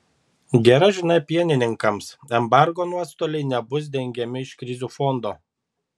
gera žinia pienininkams embargo nuostoliai nebus dengiami iš krizių fondo